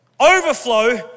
Overflow